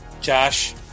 Josh